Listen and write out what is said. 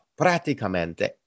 Praticamente